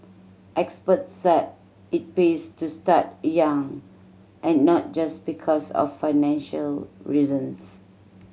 experts said it pays to start young and not just because of financial reasons